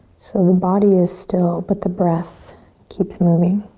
so the body is still but the breath keeps moving.